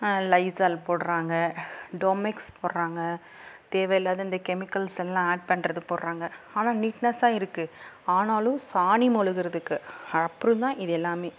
Lysol போட்டுறாங்க Domex போட்டுறாங்க தேவையில்லாத இந்த கெமிக்கல்ஸ் எல்லாம் ஆட் பண்ணுறத போட்டுறாங்க ஆனால் நீட்நஸ்ஸாக இருக்குது ஆனாலும் சாணி மொழுகிறதுக்கு அப்புறம் தான் இது எல்லாமே